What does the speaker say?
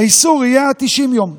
האיסור יהיה עד 90 יום,